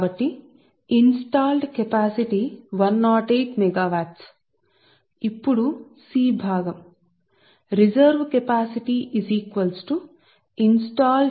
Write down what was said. కాబట్టి వ్యవస్థాపించిన సామర్థ్యం 108 మెగావాట్లు ఇప్పుడు భాగం C రిజర్వు కెపాసిటీ వ్యవస్థాపించిన సామర్థ్యం గరిష్ట డిమాండ్